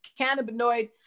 cannabinoid